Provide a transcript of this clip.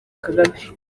kagame